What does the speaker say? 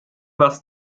das